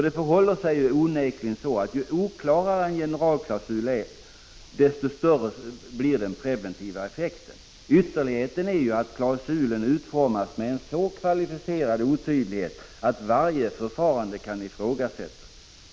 Det förhåller sig onekligen så att ju oklarare en generalklausul är, desto större blir den preventiva effekten. Ytterligheten är ju att klausulen utformas med en så kvalificerad otydlighet att varje förfarande kan ifrågasättas.